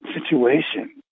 situation